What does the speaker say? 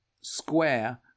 square